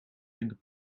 minder